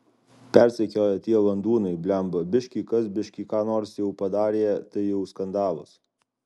persekioja tie landūnai blemba biški kas biški ką nors jau padarė tai jau skandalas